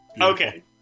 Okay